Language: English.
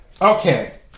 Okay